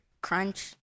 crunch